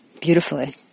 beautifully